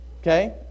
okay